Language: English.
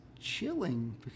chilling